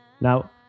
now